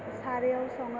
सारायाव सङाे